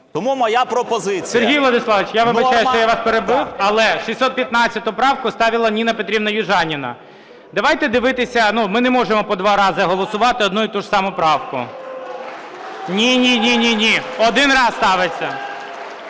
Тому моя пропозиція. ГОЛОВУЮЧИЙ. Сергій Владиславович, я вибачаюся, що я вас перебив, але 615 правку ставила Ніна Петрівна Южаніна. Давайте дивитися. Ну ми не можемо по два рази голосувати одну і ту саму правку. (Шум у залі) Ні, ні, ні. Один раз ставиться.